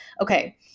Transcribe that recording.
okay